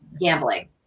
gambling